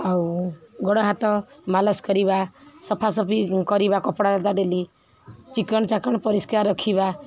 ଆଉ ଗୋଡ଼ ହାତ ମାଲିସ୍ କରିବା ସଫାସଫି କରିବା କପଡ଼ାଲତା ଡେଲି ଚିକ୍କଣ୍ଚାକଣ୍ ପରିଷ୍କାର ରଖିବା